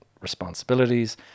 responsibilities